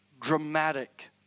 dramatic